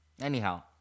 Anyhow